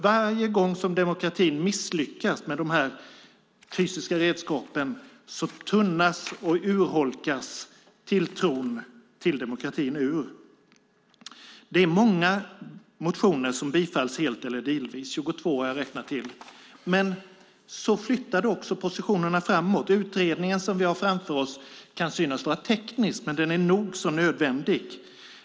Varje gång demokratin misslyckas med de fysiska redskapen tunnas tilltron till demokratin ut och urholkas. Det är många motioner som bifalls helt eller delvis, 22 har jag räknat till. Men så flyttades också positionerna framåt. Utredningen som vi har framför oss kan synas vara teknisk, men den är nog så nödvändig.